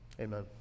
Amen